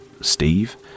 Steve